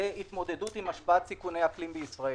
להתמודדות עם השפעת סיכוני האקלים בישראל.